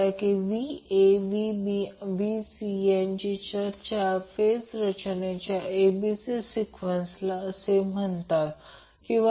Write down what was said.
तर हा VAB आहे हा v आहे कारण हे ओपन सर्किट आहे यात काहीच नाही